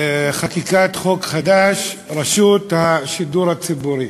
חקיקת חוק חדש, רשות השידור הציבורי.